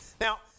Now